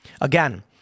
Again